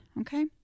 Okay